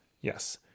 Yes